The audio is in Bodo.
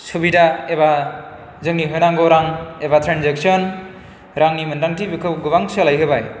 सुबिदा एबा जोंनि होनांगौ रां एबा ट्रेनजेकसन रांनि मोनदांथि बेखौ गोबां सोलायहोबाय